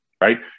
right